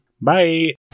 Bye